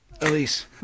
Elise